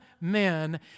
men